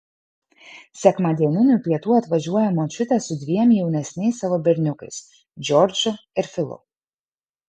sekmadieninių pietų atvažiuoja močiutė su dviem jaunesniais savo berniukais džordžu ir filu